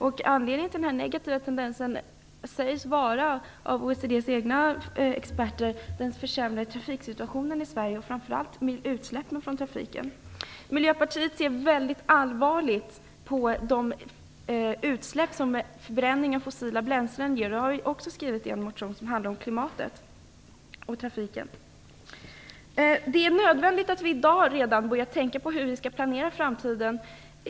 OECD:s egna experter säger att anledningen till den negativa tendensen är den försämrade trafiksituationen i Sverige och framför allt utsläppen från trafiken. Miljöpartiet ser mycket allvarligt på de utsläpp som förbränning av fossila bränslen ger. Det har vi också skrivit i en motion som handlar om klimatet och trafiken. Det är nödvändigt att vi redan i dag börjar tänka på hur vi skall planera framtiden.